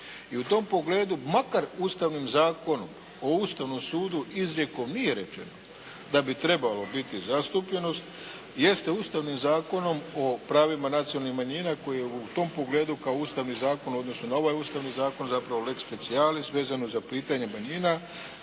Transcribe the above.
I u tom pogledu makar Ustavnim zakonom o Ustavnom sudu izrijekom nije rečeno da bi trebalo biti zastupljenost jeste Ustavnim zakonom o pravima nacionalnih manjina koji u tom pogledu kao ustavni zakon, odnosno na ovaj ustavni zakon zapravo lex specialis vezano za pitanje manjina